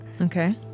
Okay